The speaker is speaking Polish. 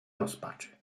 rozpaczy